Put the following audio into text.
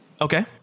Okay